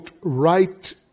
right